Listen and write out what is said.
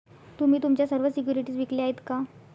तुम्ही तुमच्या सर्व सिक्युरिटीज विकल्या आहेत का?